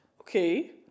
Okay